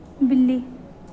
बिल्ली